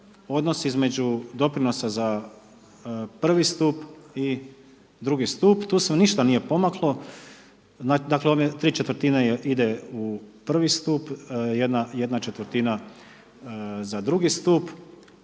između doprinosa za prvi stup i drugi stup, tu se ništa nije pomaklo, dakle tri četvrtine ide u prvi stup, jedna četvrtina za drugi stup,